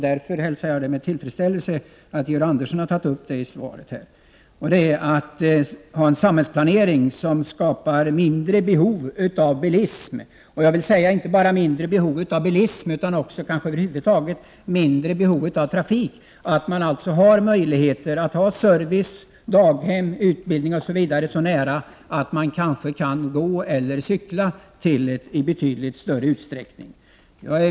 Därför hälsar jag med tillfredsställelse att Georg Andersson i svaret talar om en samhällsplanering som skapar mindre behov av bilismen. Då vill jag säga att vi inte bara skall försöka minska behovet av bilism utan kanske behovet av trafik över huvud taget. Det vore bra om det fanns service och tillgång till daghem, utbildning osv. så nära att man kunde gå och cykla i betydligt större utsträckning.